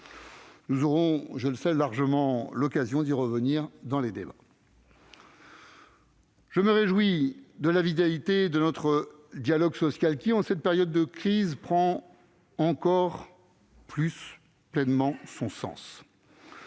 Nous aurons, je le sais, largement l'occasion d'y revenir dans les débats. Je me réjouis de la vitalité de notre dialogue social, qui, en cette période de crise, prend encore plus pleinement son sens.